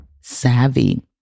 savvy